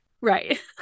Right